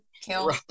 kill